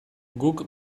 guk